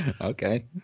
okay